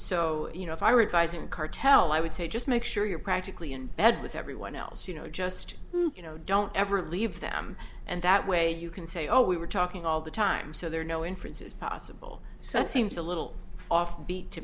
so you know if i were advising cartel i would say just make sure you're practically in bed with everyone else you know just you know don't ever leave them and that way you can say oh we were talking all the time so there are no inferences possible so it seems a little offbeat to